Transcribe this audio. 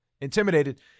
intimidated